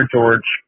George